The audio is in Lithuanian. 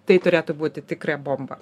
tai turėtų būti tikra bomba